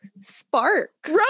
spark